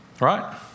right